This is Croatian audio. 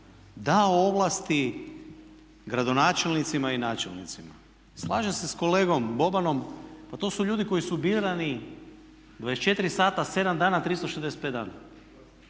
dao ovlasti gradonačelnicima i načelnicima. Slažem se sa kolegom Bobanom, pa to su ljudi koji su birani 24 sata, 7 dana, 265 dana.